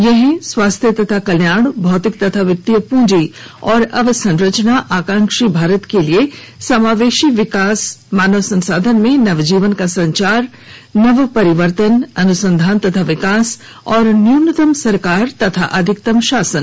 ये हैं स्वास्थ्य तथा कल्याण भौतिक तथा वित्तीय प्रंजी और अवसंरचना आकांक्षी भारत के लिए समावेशी विकास मानव संसाधन में नवजीवन का संचार नव परिवर्तन अनुसंधान तथा विकास और न्यूनतम सरकार और अधिकतम शासन